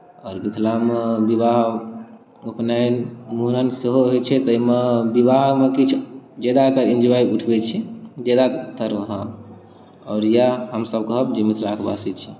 आओर मिथिलामे विवाह उपनयन मूड़न सेहो होइत छै ताहिमे विवाहमे किछु ज्यादाके इन्जॉय उठबैत छी ज्यादातर वहाँ आओर इएह हमसभ कहब जे मिथिलाके वासी छी